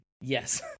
Yes